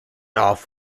off